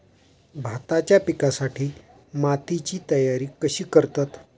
भाताच्या पिकासाठी मातीची तयारी कशी करतत?